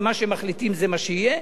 שמה שהם מחליטים זה מה שיהיה.